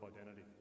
identity